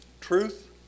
truth